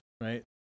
right